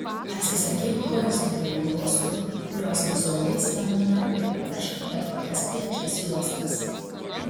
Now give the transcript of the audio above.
atsisakyk horizontalių juostų kurios vizualiai stambina ir pamiršk bet kokias plačias juostas